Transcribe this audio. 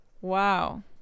Wow